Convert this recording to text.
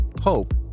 hope